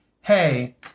hey